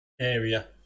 area